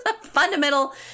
Fundamental